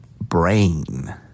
brain